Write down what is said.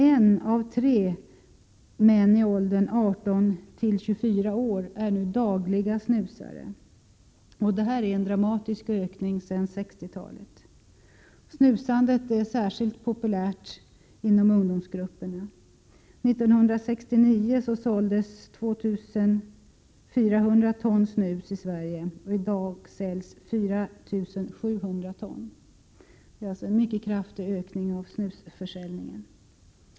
En av tre män i åldern 18—24 år snusar nu dagligen, och det är en dramatisk ökning sedan 60-talet. 2 400 ton snus i Sverige, och i dag säljs 4 700 ton. Det är alltså en mycket kraftig ökning av snusförsäljningen.